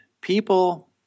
people